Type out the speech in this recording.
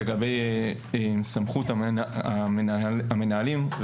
לגבי סמכות המנהלים,